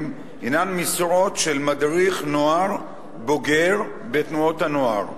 הן משרות של "מדריך נוער בוגר בתנועות נוער".